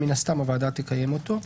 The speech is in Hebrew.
מן הסתם הוועדה תקיים אותו.